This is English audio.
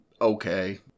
okay